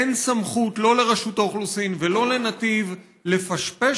אין סמכות לא לרשות האוכלוסין ולא לנתיב לפשפש